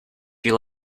you